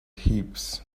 heaps